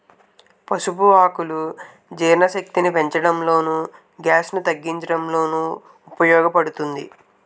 పసుపు ఆకులు జీర్ణశక్తిని పెంచడంలోను, గ్యాస్ ను తగ్గించడంలోనూ ఉపయోగ పడుతుంది